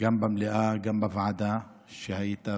גם במליאה, גם בוועדה שהיית,